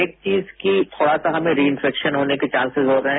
एक चीज की थोड़ा सा हमें रिइंफेक्शन होने के चांसेजहो रहे हैं